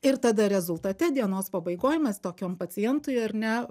ir tada rezultate dienos pabaigoj mes tokiom pacientui ar ne